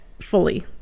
fully